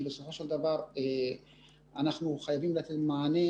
כי בסופו של דבר אנחנו חייבים לתת מענה